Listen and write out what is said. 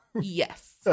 Yes